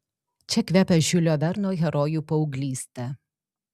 čia kvepia žiulio verno herojų paauglyste